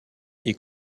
est